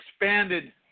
expanded